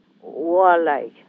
warlike